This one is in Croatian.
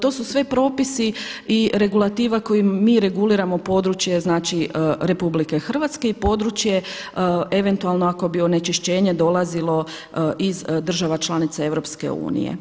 To su sve propisi i regulativa kojim mi reguliramo područje RH i područje eventualno ako bi onečišćenje dolazilo iz država članica EU.